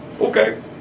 Okay